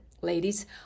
ladies